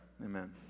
Amen